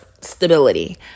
stability